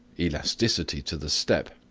elasticity to the step,